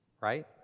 right